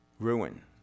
Ruin